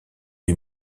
lui